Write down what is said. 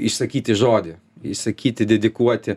išsakyti žodį išsakyti dedikuoti